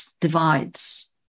divides